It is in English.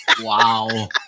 Wow